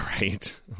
right